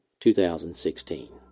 2016